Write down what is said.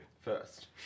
first